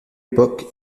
époque